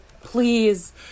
please